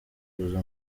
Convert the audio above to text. kuza